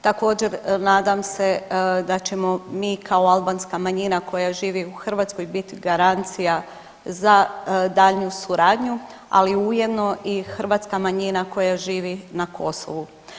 Također, nadam se da ćemo mi kao albanska manjina koja živi u Hrvatskoj biti garancija za daljnju suradnju, ali ujedno i hrvatska manjina koja živi na Kosovu.